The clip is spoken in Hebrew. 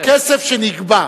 הכסף שנגבה,